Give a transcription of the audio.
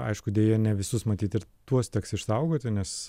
aišku deja ne visus matyt ir tuos teks išsaugoti nes